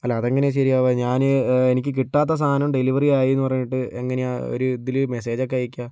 അല്ല അതെങ്ങനെയാണ് ശരിയാവുക ഞാൻ എനിക്ക് കിട്ടാത്ത സാധനം ഡെലിവറി ആയിയെന്ന് പറഞ്ഞിട്ട് എങ്ങനെയാണ് ഒരു ഇതില് മെസ്സേജൊക്കെ അയക്കുക